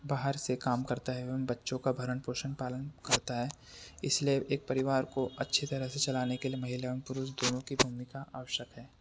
बाहर से काम करता है एवम बच्चों का भरण पोषण पालन करता है इसलिए एक परिवार को अच्छी तरह से चलाने के लिए महिला एवम पुरुष दोनों कि भूमिका आवश्यक है